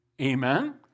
Amen